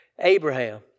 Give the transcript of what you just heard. Abraham